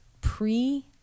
pre